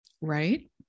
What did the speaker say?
Right